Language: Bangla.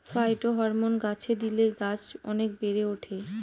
ফাইটোহরমোন গাছে দিলে গাছ অনেক বেড়ে ওঠে